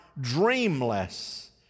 dreamless